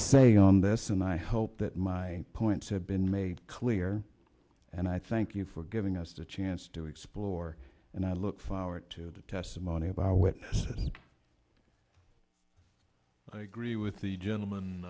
say on this and i hope that my points have been made clear and i thank you for giving us the chance to explore and i look forward to the testimony of our witnesses and i agree with the